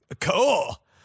cool